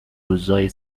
روزای